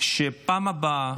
שבפעם הבאה